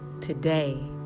Today